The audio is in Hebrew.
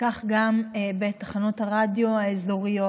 וגם בתחנות הרדיו האזוריות: